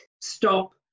stop